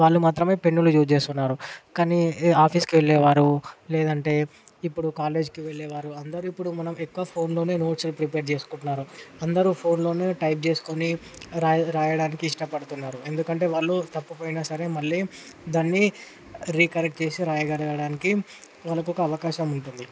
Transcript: వాళ్లు మాత్రమే పెన్నులు యూజ్ చేస్తున్నారు కానీ ఆఫీస్కి వెళ్లేవారు లేదంటే ఇప్పుడు కాలేజ్కి వెళ్లేవారు అందరూ ఇప్పుడు మనం ఎక్కువ ఫోన్లోనే నోట్స్ని ప్రిపేర్ చేసుకుంటున్నారు అందరూ ఫోన్లోనే టైప్ చేసుకుని రాయ్ రాయడానికి ఇష్టపడుతున్నారు ఎందుకంటే వాళ్లు తప్పు పోయినా సరే మళ్ళీ దాన్ని రికరెక్ట్ చేసి రాయగలగడానికి వాళ్లకి ఒక అవకాశం ఉంటుంది